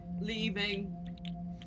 leaving